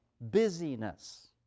busyness